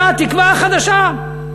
אתה התקווה החדשה,